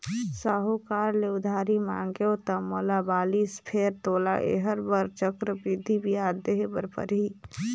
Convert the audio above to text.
साहूकार ले उधारी मांगेंव त मोला बालिस फेर तोला ऐखर बर चक्रबृद्धि बियाज देहे बर परही